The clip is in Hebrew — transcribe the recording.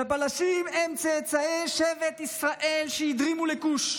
שהפלשים הם צאצאי שבט ישראל שהדרימו לכוש,